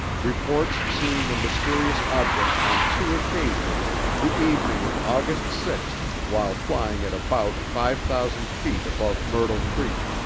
reports seeing a mysterious object on two occasions the evening of august sixth while flying at about five thousand feet above myrtle creek.